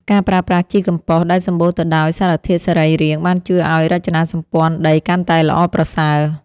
ការប្រើប្រាស់ជីកំប៉ុស្តដែលសម្បូរទៅដោយសារធាតុសរីរាង្គ បានជួយឱ្យរចនាសម្ព័ន្ធដីកាន់តែល្អប្រសើរ។